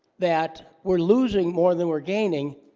that we're losing more than we're gaining